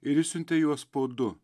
ir išsiuntė juos po du